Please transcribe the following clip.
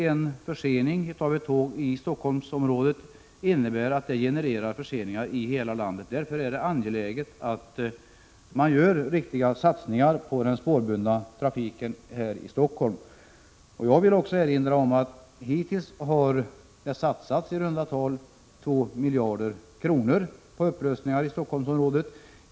En försening av ett tåg i Stockholmsområdet genererar nämligen förseningar i hela landet. Därför är det angeläget att göra riktiga satsningar på den spårbundna trafiken här i Stockholm. Jag vill också erinra om att det hittills har satsats i runda tal 2 miljarder kronor på upprustningar i Stockholmsområdet.